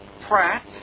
Pratt